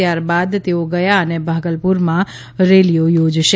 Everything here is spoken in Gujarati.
ત્યાર બાદ ગયા અને ભાગલપુરમાં રેલીઓ યોજશે